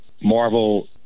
Marvel